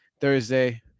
Thursday